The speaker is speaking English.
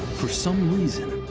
for some reason,